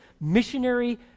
missionary